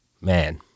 man